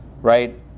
Right